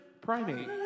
primate